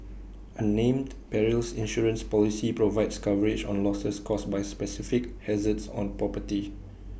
A named Perils Insurance Policy provides coverage on losses caused by specific hazards on property